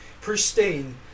pristine